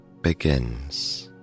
begins